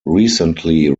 recently